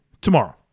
tomorrow